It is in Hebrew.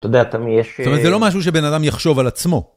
אתה יודע..זאת אומרת זה לא משהו שבן אדם יחשוב על עצמו.